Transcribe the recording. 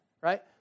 right